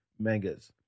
mangas